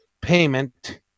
payment